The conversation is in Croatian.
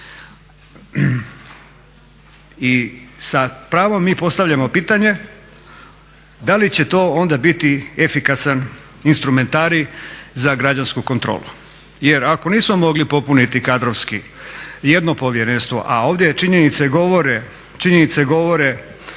I sa pravom mi postavljamo pitanje da li će to onda biti efikasan instrumentarij za građansku kontrolu? Jer ako nismo mogli popuniti kadrovski jedno povjerenstvo, a ovdje činjenice govore